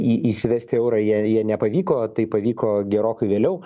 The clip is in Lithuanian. į įsivesti eurą jie jie nepavyko tai pavyko gerokai vėliau